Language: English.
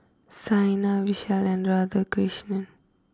Saina Vishal and Radhakrishnan